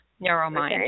Neuromind